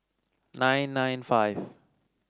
nine nine five